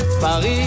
Paris